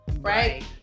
right